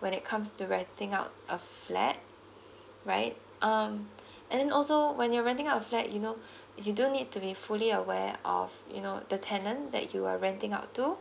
when it comes to renting out a flat right um and also when you renting out a flat if you know you do need to be fully aware of you know the tenant that you are renting out to